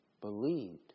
believed